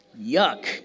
Yuck